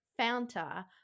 Fanta